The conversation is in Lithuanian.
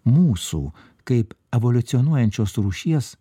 mūsų kaip evoliucionuojančios rūšies